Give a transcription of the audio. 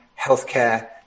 healthcare